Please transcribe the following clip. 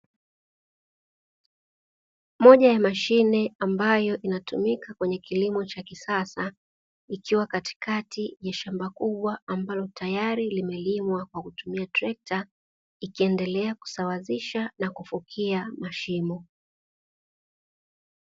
Moja ya mashine ambayo inatumika kwenye kilimo cha kisasa, ikiwa katikati ya shamba kubwa ambalo tayari limelimwa kwa kutumia trekta, ikiendelea kusawazisha na kufukia mashimo.